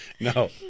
No